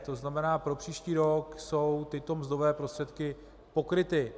To znamená pro příští rok jsou tyto mzdové prostředky pokryty.